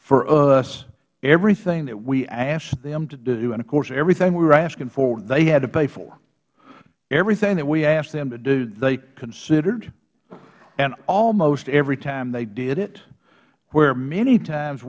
for us everything that we asked them to do and of course everything we were asking for they had to pay for everything that we asked them to do they considered and almost every time they did it where many times